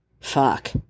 Fuck